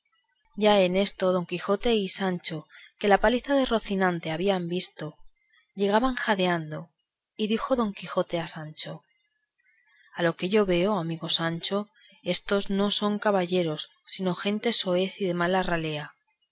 ya en esto don quijote y sancho que la paliza de rocinante habían visto llegaban ijadeando y dijo don quijote a sancho a lo que yo veo amigo sancho éstos no son caballeros sino gente soez y de baja ralea